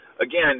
Again